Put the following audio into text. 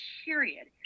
period